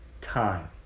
time